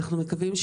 בסדר.